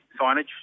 signage